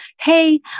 Hey